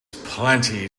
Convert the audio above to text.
plenty